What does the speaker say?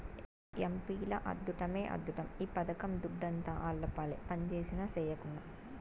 ఎంపీల అద్దుట్టమే అద్దుట్టం ఈ పథకం దుడ్డంతా ఆళ్లపాలే పంజేసినా, సెయ్యకున్నా